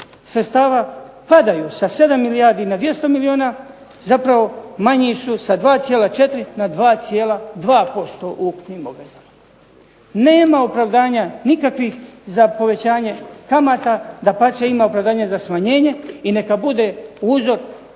sredstava padaju sa 7 milijardi na 200 milijuna, zapravo manji su sa 2,4 na 2,2% u tim obvezama. Nema opravdanja nikakvih za povećanje kamata, dapače ima opravdanja za smanjenje i neka bude uzor.